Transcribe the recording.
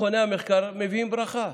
המחקר מביאים ברכה.